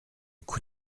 cou